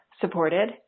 supported